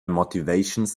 motivations